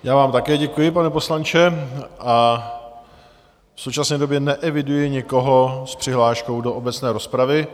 Já vám také děkuji, pane poslanče, a v současné době neeviduji nikoho s přihláškou do obecné rozpravy.